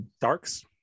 darks